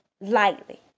lightly